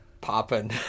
popping